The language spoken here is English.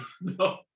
no